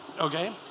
Okay